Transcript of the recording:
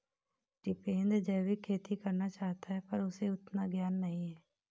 टिपेंद्र जैविक खेती करना चाहता है पर उसे उतना ज्ञान नही है